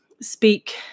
speak